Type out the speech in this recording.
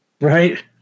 Right